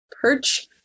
Perch